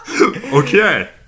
Okay